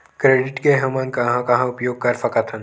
Credit के हमन कहां कहा उपयोग कर सकत हन?